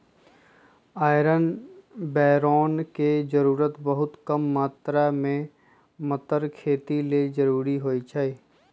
iron बैरौन के जरूरी बहुत कम मात्र में मतर खेती लेल जरूरी होइ छइ